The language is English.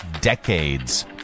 decades